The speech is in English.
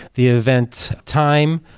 the event time,